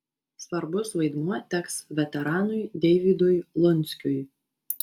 svarbus vaidmuo teks veteranui deivydui lunskiui